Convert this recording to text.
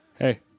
Hey